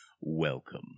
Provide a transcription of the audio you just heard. welcome